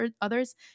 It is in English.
others